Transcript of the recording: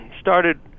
started